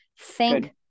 Thank